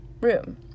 room